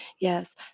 Yes